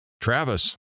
Travis